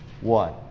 one